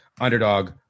underdog